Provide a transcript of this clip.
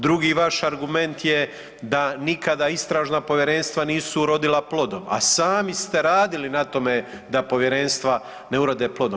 Drugi vaš argument je da nikada istražna povjerenstva nisu urodila plodom, a sami ste radili na tome da povjerenstva ne urode plodom.